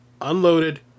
unloaded